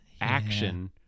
action